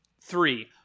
Three